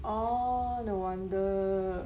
oh no wonder